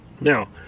Now